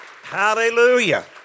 Hallelujah